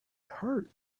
hurt